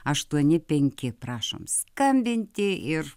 aštuoni penki prašom skambinti ir